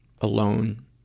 alone